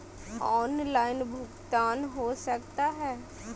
Online भुगतान हो सकता है?